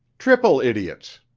triple idiots!